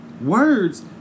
Words